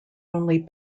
only